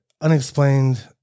unexplained